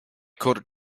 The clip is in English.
court